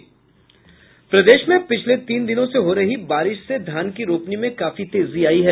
प्रदेश में पिछले तीन दिनों से हो रही बारिश से धान का रोपनी में काफी तेजी आई है